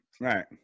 Right